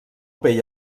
pell